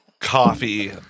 Coffee